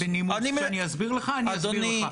אם תבקש בנימוס שאני אסביר לך, אני אסביר לך.